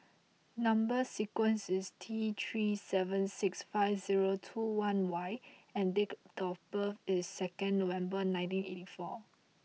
number sequence is T three seven six five zero two one Y and date of birth is second November nineteen eighty four